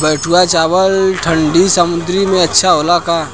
बैठुआ चावल ठंडी सह्याद्री में अच्छा होला का?